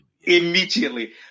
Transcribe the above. Immediately